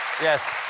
yes